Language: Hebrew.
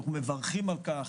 אנחנו מברכים על כך.